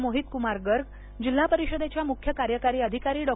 मोहितकुमार गर्ग जिल्हा परिषदेच्या मुख्य कार्यकारी अधिकारी डॉ